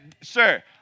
Sir